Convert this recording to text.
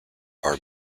are